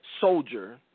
soldier